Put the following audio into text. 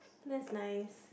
that's nice